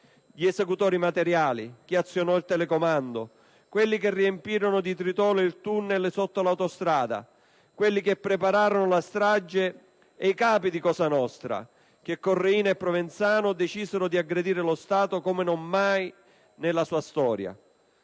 gli esecutori materiali (chi azionò il telecomando), quelli che riempirono di tritolo il tunnel sotto l'autostrada, quelli che prepararono la strage e i capi di Cosa nostra, Riina e Provenzano, che decisero di aggredire lo Stato come mai prima di allora nella sua storia.